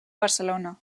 barcelona